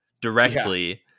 directly